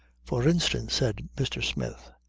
for instance, said mr. smith,